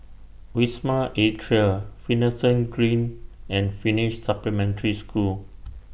Wisma Atria Finlayson Green and Finnish Supplementary School